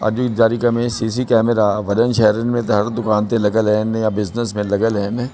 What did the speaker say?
अॼु जी तारीख़ में सी सी कैमरा वॾनि शहरनि में त हर दुकान ते लॻियल आहिनि या बिज़निस में लॻियल आहिनि